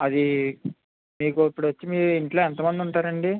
అది మీకు ఇప్పుడు వచ్చి మీ ఇంట్లో ఎంత మంది ఉంటారు అండి